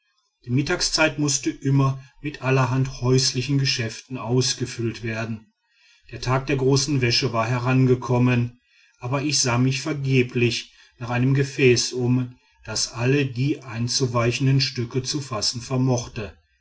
die mittagszeit mußte immer mit allerhand häuslichen geschäften ausgefüllt werden der tag der großen wäsche war herangekommen aber ich sah mich vergeblich nach einem gefäß um das alle die einzuweichenden stücke zu fassen vermochte